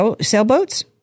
sailboats